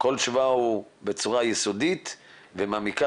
כל תשובה היא בצורה יסודית ומעמיקה,